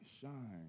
shine